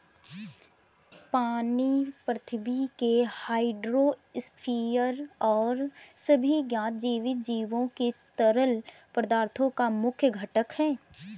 पानी पृथ्वी के हाइड्रोस्फीयर और सभी ज्ञात जीवित जीवों के तरल पदार्थों का मुख्य घटक है